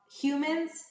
humans